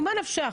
ממה נפשך?